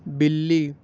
بلّی